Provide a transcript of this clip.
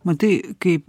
matai kaip